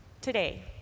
today